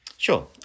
Sure